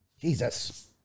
Jesus